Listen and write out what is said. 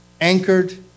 anchored